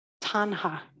tanha